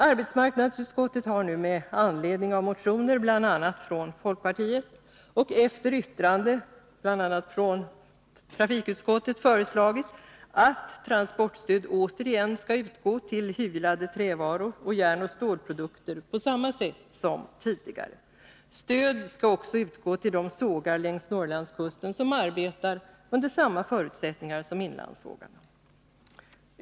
Arbetsmarknadsutskottet har nu med anledning av motioner bl.a. från folkpartiet och efter yttrande bl.a. från trafikutskottet föreslagit att transportstöd återigen skall utgå för hyvlade trävaror och järnoch stålprodukter på samma sätt som tidigare. Stöd skall också utgå för sågade trävaror till de sågar längs Norrlandskusten som arbetar under samma förutsättningar som inlandssågarna.